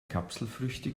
kapselfrüchte